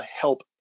help